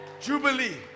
jubilee